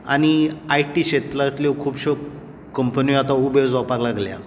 आनी आयटि श्रेत्रांतल्यो खुबश्यो कंपन्यो आतां उब्यो जावपाक लागल्या